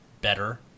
better